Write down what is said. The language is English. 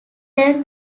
returned